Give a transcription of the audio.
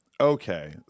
Okay